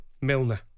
Milner